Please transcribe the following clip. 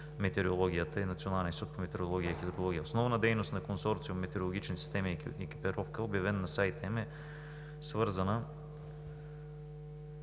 метеорологията и Националния институт по метеорология и хидрология. Основната дейност на Консорциум „Метеорологични системи и екипировка“, обявена на сайта им, е свързана